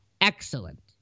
Excellent